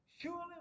Surely